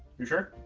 you sure?